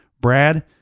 Brad